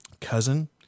cousin